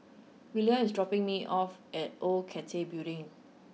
Willa is dropping me off at Old Cathay Building